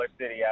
city